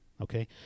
okay